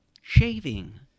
Shaving